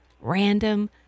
Random